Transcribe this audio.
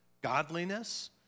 godliness